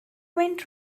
went